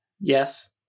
Yes